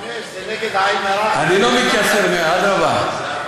אני לא מתייסר מזה, אדרבה.